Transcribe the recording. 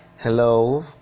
Hello